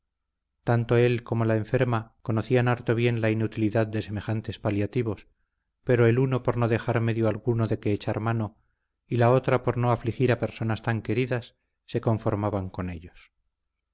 tanto él como la enferma conocían harto bien la inutilidad de semejantes paliativos pero el uno por no dejar medio alguno de que echar mano y la otra por no afligir a personas tan queridas se conformaban con ellos